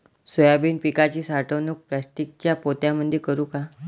Soybean पिकाची साठवणूक प्लास्टिकच्या पोत्यामंदी करू का?